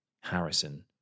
Harrison